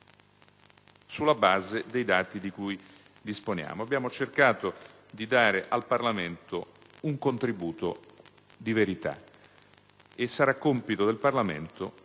sulla base dei dati di cui disponiamo; abbiamo cercato di dare al Parlamento un contributo di verità. Sarà compito del Parlamento,